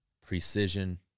precision